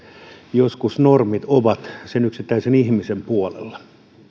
joskus normit ovat sen yksittäisen ihmisen puolella